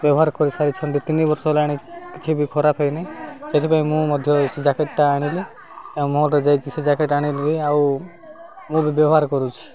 ବ୍ୟବହାର କରିସାରିଛନ୍ତି ତିନି ବର୍ଷ ହେଲାଣି କିଛି ବି ଖରାପ ହେଇନାହିଁ ସେଥିପାଇଁ ମୁଁ ମଧ୍ୟ ସେ ଜ୍ୟାକେଟଟା ଆଣିଲି ଆଉ ମଲରୁ ଯାଇକି ସେ ଜ୍ୟାକେଟ ଆଣିଲି ଆଉ ମୁଁ ବି ବ୍ୟବହାର କରୁଛି